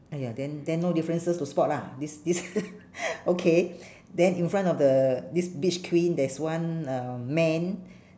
!aiya! then then no differences to spot lah this this okay then in front of the this beach queen there's one um man